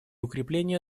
укрепления